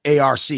ARC